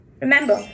Remember